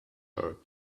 her